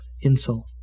insult